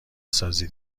سازی